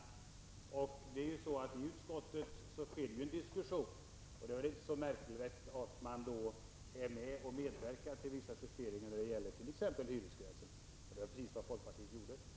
I utskottet sker ju en diskussion, och det är inte så märkvärdigt att man där är med och medverkar till vissa justeringar vad gäller t.ex. hyresgränserna. Och det var precis vad folkpartiet gjorde!